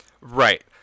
Right